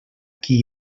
qui